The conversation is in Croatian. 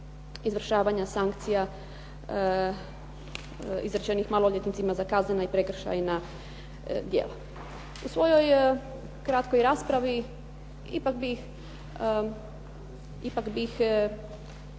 izvršavanja sankcija izrečenih maloljetnicima za kaznena i prekršajna djela. U svojoj kratkoj raspravi ipak bih